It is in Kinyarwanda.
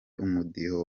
umudiho